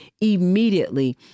immediately